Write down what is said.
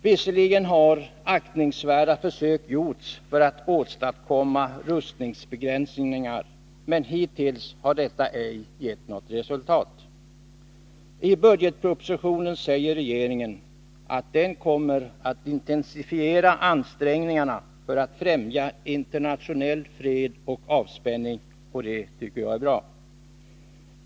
Visserligen har aktningsvärda försök gjorts för att åstadkomma rustningsbegränsningar, men hittills har detta ej givit resultat. I budgetpropositionen säger regeringen att den kommer att intensifiera ansträngningarna för att främja internationell fred och avspänning, och det tycker jag är bra.